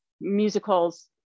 musicals